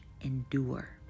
endure